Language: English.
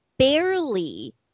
barely